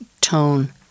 tone